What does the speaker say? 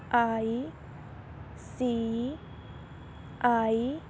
I C I